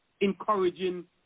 encouraging